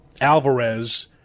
Alvarez